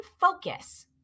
focus